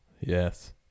Yes